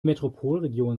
metropolregion